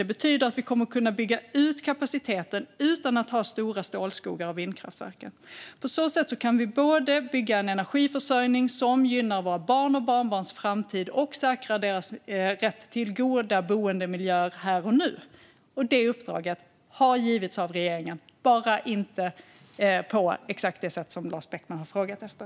Det betyder att vi kommer att kunna bygga ut kapaciteten utan att ha stora stålskogar av vindkraftverk. På så sätt kan vi både bygga en energiförsörjning som gynnar våra barns och barnbarns framtid och säkra deras rätt till goda boendemiljöer här och nu. Det uppdraget har givits av regeringen - bara inte på exakt det sätt som Lars Beckman har frågat efter.